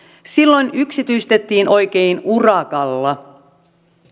silloin yksityistettiin oikein urakalla